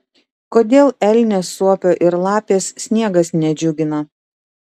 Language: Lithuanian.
kodėl elnės suopio ir lapės sniegas nedžiugina